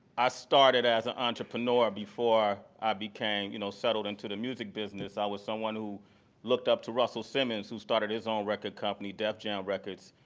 i started as an entrepreneur before i became, you know, settled into the music business. i was someone who looked up to russell simmons who started his own record company, def jam records,